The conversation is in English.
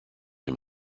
him